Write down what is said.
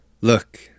Look